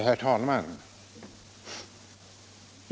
Herr talman!